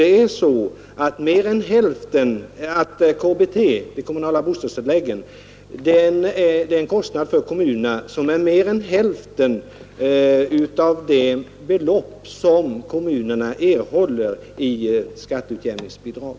De kostnader som kommunerna har för dessa utgör mer än hälften av det belopp som kommunerna erhåller i skatteutjämningsbidrag.